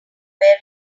wearing